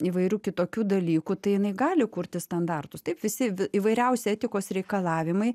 įvairių kitokių dalykų tai jinai gali kurti standartus taip visi įvairiausi etikos reikalavimai